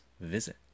visit